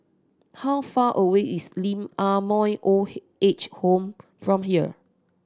how far away is Lee Ah Mooi Old Age Home from here